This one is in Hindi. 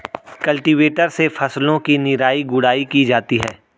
कल्टीवेटर से फसलों की निराई गुड़ाई की जाती है